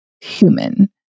human